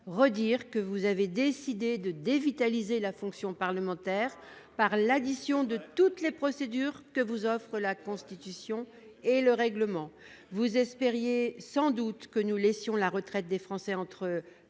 plus ! Vous avez décidé de dévitaliser la fonction parlementaire par l'addition de toutes les procédures que vous offrent la Constitution et le règlement. Vous espériez sans doute que nous laisserions les retraites des Français entre les